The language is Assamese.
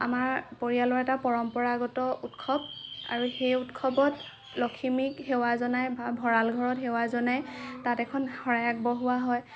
আমাৰ পৰিয়ালৰ এটা পৰম্পৰাগত উৎসৱ আৰু সেই উৎসৱত লখিমীক সেৱা জনাই ভঁৰাল ঘৰত সেৱা জনাই তাত এখন শৰাই আগবঢ়োৱা হয়